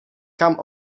kam